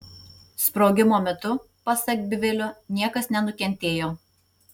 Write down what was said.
sprogimo metu pasak bivilio niekas nenukentėjo